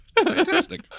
Fantastic